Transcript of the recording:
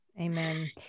amen